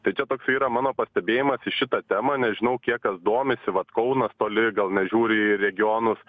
tai čia toks yra mano pastebėjimas į šitą temą nežinau kiek kas domisi vat kaunas toli gal nežiūri į regionus